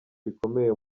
rikomeye